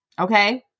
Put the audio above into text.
Okay